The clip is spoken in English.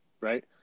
right